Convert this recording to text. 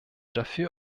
dafür